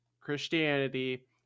Christianity